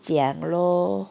讲 lor